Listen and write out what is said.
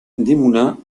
desmoulins